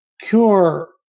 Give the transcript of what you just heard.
Cure